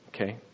Okay